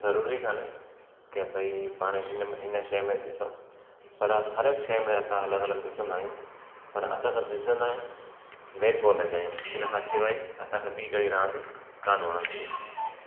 ज़रूरी काने के भई पाण हिन में हिन शइ में ॾिसूं पर हर हिक शइ में असां अलॻि अलॻि ॾिसंदा आहियूं पर असां सभु ॾिसंदा आहियूं बेट बॉल जा आहियूं इनखां सवाइ असांखे ॿी काई रांदि कान वणंदी आहे